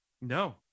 No